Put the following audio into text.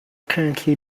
currently